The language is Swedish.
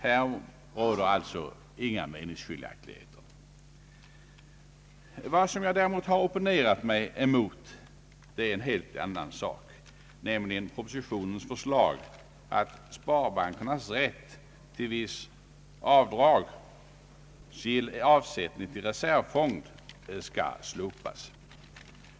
Här finns inga meningsskiljaktigheter. Vad jag däremot opponerat mig emot är propositionens förslag att sparbankernas rätt till visst avdrag för avsättning till reservfond skall slopas.